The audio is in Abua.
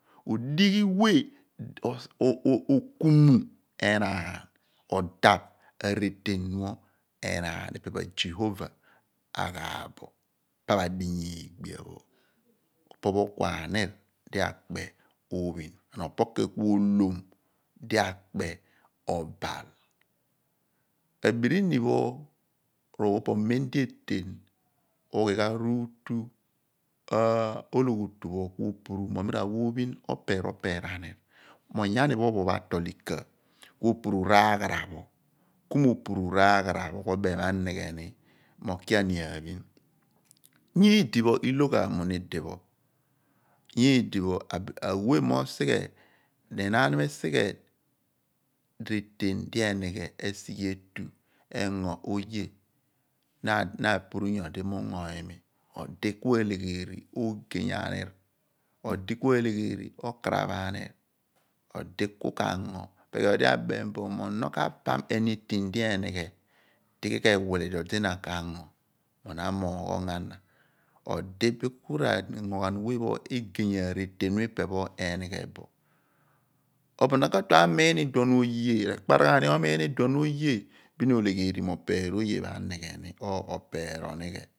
Odighi we okumu enaan odaph areten pho enaan ipe pho azihovah aghaaph bo pa pho adinya igbia pho opopho ku aniv di akpe ophin anel opo ku olhom di akpe obal abirini pho mem di eten ughi ghan ruutu ologhiotu ku opuru mo mi ra wa ophim opar oper anir onyani pho ophon a tol ika, opuru raghara pho ku mo puru raa hara pho ku obem mo anigheri mo kia ni aphin nyidipho i/lo ghan mun idunon nyidiphio awe mo sighe anaan mesighe odo eten di enghe esighe etu engo oye na apuru nyodi mo ungo timi odi ku alegheri ogeny anii abile aleyheri okaraph anir odi ku kango ephen ku edi odi abem bo kam anything di erol mudi odi ina ka/ngo mo odi amoogh ongo ana odi bin ku r'ango ghan we pho egey areten pho ipe pho enighe bo obo na ka/ngo mo odi amoogh ongo ana odi bin ku r'ango ghan we pho egey areten pho ipe pho enighe bo obo na ka/tue amin iduom oye lekpar ghan ni omun duom oye bin alegheri mo oper oye anigheni oper o/nighe